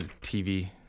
TV